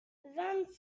vingt